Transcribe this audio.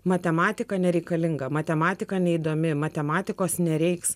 matematika nereikalinga matematika neįdomi matematikos nereiks